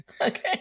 Okay